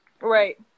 right